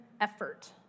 effort